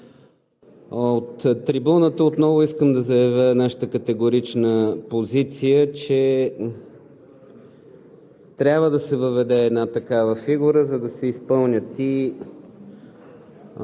От трибуната отново искам да заявя нашата категорична позиция, че трябва да се въведе една такава фигура, за да се изпълнят и